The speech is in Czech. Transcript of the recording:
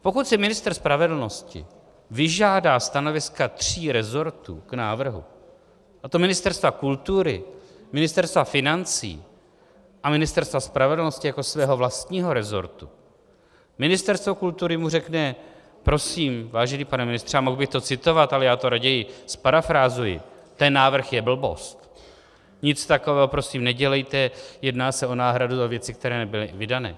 Pokud si ministr spravedlnosti vyžádá stanoviska tří resortů k návrhu, a to Ministerstva kultury, Ministerstva financí a Ministerstva spravedlnosti jako svého vlastního resortu, Ministerstvo kultury mu řekne: Prosím, vážený pane ministře a mohl bych to citovat, ale já to raději zparafrázuji ten návrh je blbost, nic takového prosím nedělejte, jedná se o náhradu za věci, které nebyly vydané...